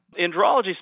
Andrology